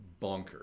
Bonkers